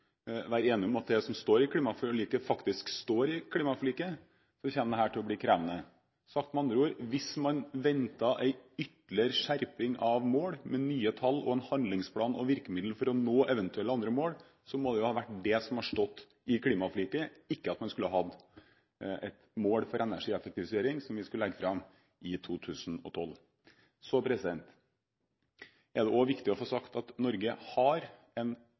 være enige om at det som står i klimaforliket, faktisk står i klimaforliket, kommer dette til å bli krevende. Sagt med andre ord: Hvis man ventet en ytterligere skjerping av mål, med nye tall, handlingsplan og virkemidler for å nå eventuelle andre mål, måtte jo det ha stått i klimaforliket, ikke at man skulle ha et mål for energieffektivisering som vi skulle legge fram i 2012. Så er det også viktig å få sagt at Norge har en